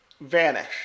vanish